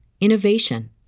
innovation